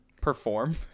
perform